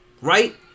right